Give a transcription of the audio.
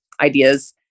ideas